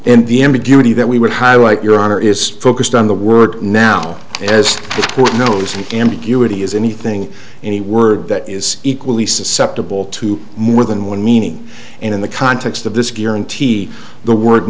and the ambiguity that we would highlight your honor is focused on the word now as if one knows an ambiguity is anything any word that is equally susceptible to more than one meaning and in the context of this guarantee the word